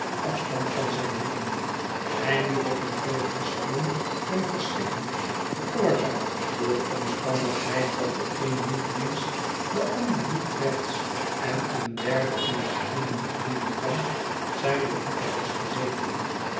afstand van zijn riem eindelijk na veel haspelen en verschikken veroorzaakt door de omstandigheid dat de een niet links de ander niet rechts en een derde in het geheel niet roeien kan zijn de liefhebbers gezeten